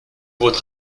votre